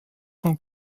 von